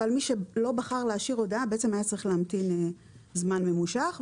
אבל מי שלא בחר להשאיר הודעה היה צריך להמתין זמן ממושך.